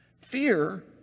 Fear